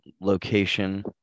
location